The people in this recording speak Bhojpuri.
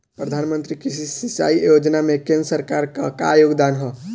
प्रधानमंत्री कृषि सिंचाई योजना में केंद्र सरकार क का योगदान ह?